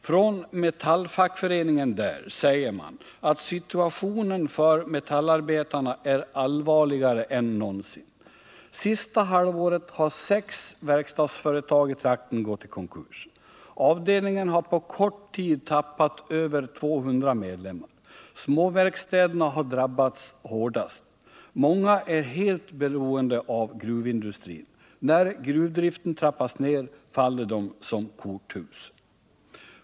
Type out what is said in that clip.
Från Metallfackföreningen där säger man att situationen för metallarbetarna är allvarligare än någonsin. Sista halvåret har sex verkstadsföretag i trakten gått i konkurs. Avdelningen har på kort tid tappat över 200 medlemmar. Småverkstäderna har drabbats hårdast. Många är helt beroende av gruvindustrin. När gruvdriften trappas ned faller de som korthus.